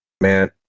Man